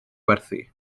werthu